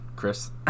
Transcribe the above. Chris